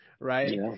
right